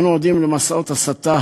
אנו עדים למסעות הסתה,